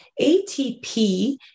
ATP